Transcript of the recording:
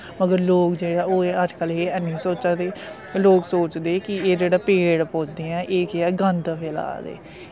मगर लोग जेह्ड़े ऐ ओह् अजकल्ल एह् ऐनी सोचा दे लोक सोचदे कि एह् जेह्ड़ा पेड़ पौधे ऐं एह् केह् ऐ गंद फैला दे